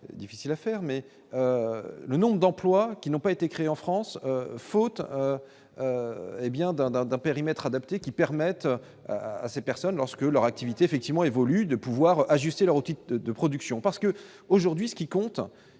difficile à faire, mais le nombre d'emplois qui n'ont pas été créés en France faute et bien d'un périmètre adaptés qui permettent à ces personnes lorsque leur activité effectivement évolue de pouvoir ajuster leur outil de production parce que aujourd'hui ce qui compte,